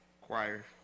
choir